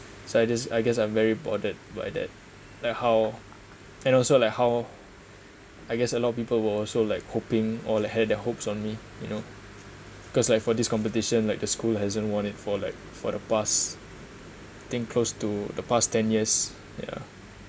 so I this I guess I'm very bothered by that like how and also like how I guess a lot of people were also like hoping or like had their hopes on me you know because like for this competition like the school hasn't won it for like for the past think close to the past ten years ya